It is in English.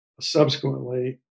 subsequently